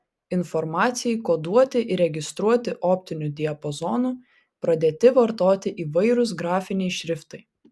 informacijai koduoti ir registruoti optiniu diapazonu pradėti vartoti įvairūs grafiniai šriftai